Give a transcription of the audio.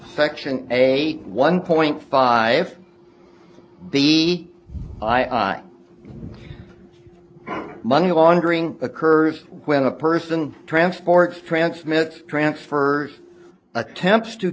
section eight one point five b i i money laundering occurs when a person transports transmitter transfer attempts to